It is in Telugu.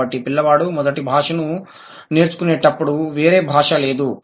కాబట్టి పిల్లవాడు మొదటి భాషను నేర్చుకునేటప్పుడు వేరే భాష లేదు